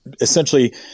essentially